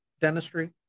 dentistry